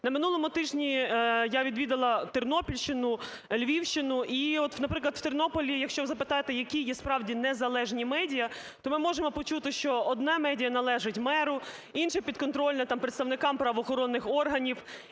На минулому тижні я відвідала Тернопільщину, Львівщину. І от, наприклад в Тернополі, якщо ви запитаєте, які є справді незалежні медіа, то ми можемо почути, що одна медіа належить меру, інша підконтрольна, там, представникам правоохоронних органів.